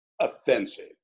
offensive